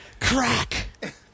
Crack